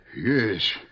Yes